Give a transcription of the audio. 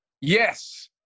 Yes